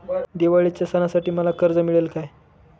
दिवाळीच्या सणासाठी मला कर्ज मिळेल काय?